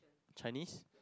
Chinese